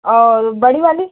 और बड़ी वाली